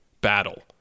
battle